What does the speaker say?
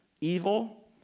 evil